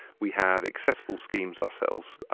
we have accessible schemes ourselves,